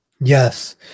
Yes